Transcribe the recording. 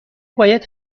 باید